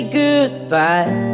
goodbye